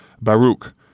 Baruch